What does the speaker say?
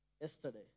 yesterday